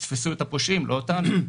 תתפסו את הפושעים, לא אותנו.